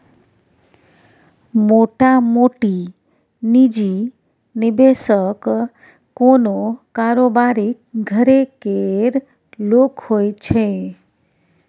मोटामोटी निजी निबेशक कोनो कारोबारीक घरे केर लोक होइ छै